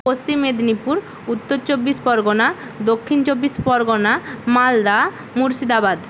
পশ্চিম মেদিনীপুর উত্তর চব্বিশ পরগনা দক্ষিণ চব্বিশ পরগনা মালদা মুর্শিদাবাদ